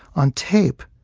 on tape,